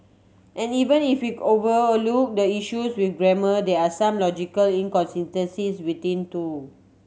and even if we over a look the issues with grammar there are some logical inconsistencies within too